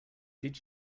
did